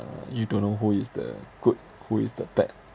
uh you don't know who is the good who is the bad